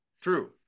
True